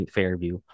Fairview